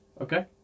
Okay